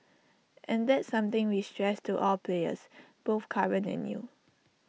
and that's something we stress to all players both current and new